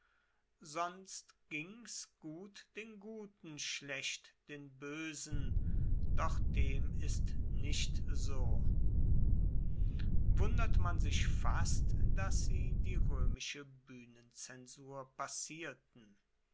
sonst ging's gut den guten schlecht den boesen doch dem ist nicht so wundert man sich fast dass sie die roemische buehnenzensur passierten